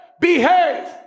behave